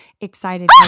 excited